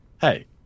Hey